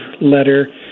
letter